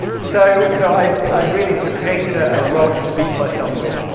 so, you know, i've i've really sort of created a ah rod to beat myself with.